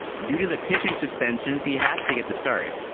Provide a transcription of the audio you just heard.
due to the pitching suspensions, he has to get the start.